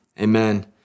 Amen